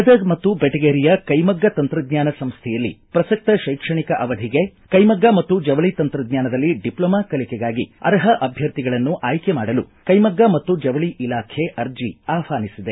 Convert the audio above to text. ಗದಗ ಮತ್ತು ಬೆಟಗೇರಿಯ ಕೈ ಮಗ್ಗ ತಂತ್ರಜ್ಞಾನ ಸಂಸೈಯಲ್ಲಿ ಪ್ರಸಕ್ತ ಶೈಕ್ಷಣಿಕ ಅವಧಿಗೆ ಕೈಮಗ್ಗ ಮತ್ತು ಜವಳಿ ತಂತ್ರಜ್ಞಾನದಲ್ಲಿ ಡಿಸ್ಕೊಮಾ ಕಲಿಕೆಗಾಗಿ ಅರ್ಹ ಅಧ್ಯರ್ಥಿಗಳನ್ನು ಆಯ್ಲೆ ಮಾಡಲು ಕೈ ಮಗ್ಗ ಮತ್ತು ಜವಳಿ ಇಲಾಖೆ ಅರ್ಜೆ ಆಹ್ವಾನಿಸಿದೆ